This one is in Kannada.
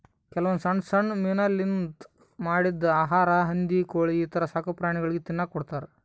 ಕೆಲವೊಂದ್ ಸಣ್ಣ್ ಸಣ್ಣ್ ಮೀನಾಲಿಂತ್ ಮಾಡಿದ್ದ್ ಆಹಾರಾ ಹಂದಿ ಕೋಳಿ ಈಥರ ಸಾಕುಪ್ರಾಣಿಗಳಿಗ್ ತಿನ್ನಕ್ಕ್ ಕೊಡ್ತಾರಾ